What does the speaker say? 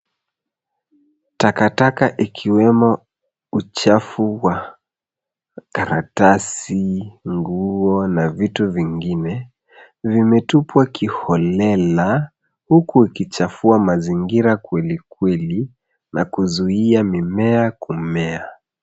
Takataka ikiwemo uchafu wa karatasi, nguo na vitu vingine vimetupwa kiholela huku ikichafua mazingira kweli kweli na kuzuia mimea kumea.